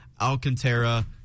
Alcantara